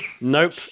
Nope